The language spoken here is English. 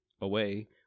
Away